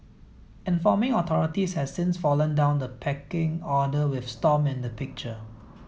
informing authorities has since fallen down the pecking order with Stomp in the picture